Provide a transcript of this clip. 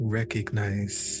recognize